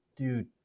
Dude